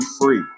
free